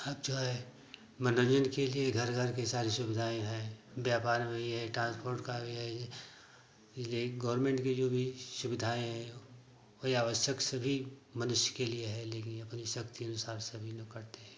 अब जो है मनोरंजन के लिए घर घर के सारी सुविधाएँ हैं व्यापार में भी है टांसपोर्ट का भी यही है यही गौरमेंट के जो भी सुविधाएँ हैं वो कोई आवश्यक सभी मनुष्य के लिए है लेकिन अपनी शक्ति अनुसार सभी लोग करते हैं